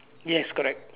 yes correct